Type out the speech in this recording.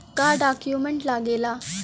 का डॉक्यूमेंट लागेला?